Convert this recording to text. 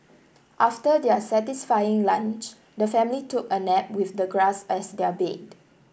after their satisfying lunch the family took a nap with the grass as their bed